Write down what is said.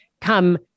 come